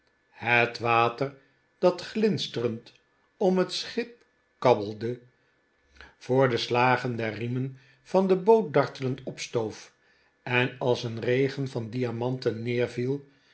het water dat glinsterend om het schip kabbelde voor de slagen der riemen van de boot dartelend opstoof en als een regen van diamanten